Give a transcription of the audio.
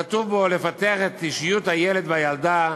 כתוב בו: לפתח את אישיות הילד והילדה,